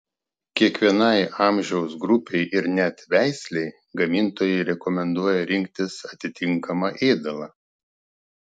kiekvienai amžiaus grupei ir net veislei gamintojai rekomenduoja rinktis atitinkamą ėdalą